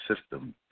system